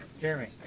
Jeremy